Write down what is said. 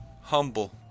Humble